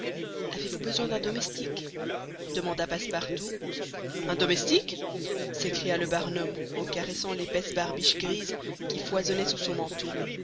avez-vous besoin d'un domestique demanda passepartout un domestique s'écria le barnum en caressant l'épaisse barbiche grise qui foisonnait sous son menton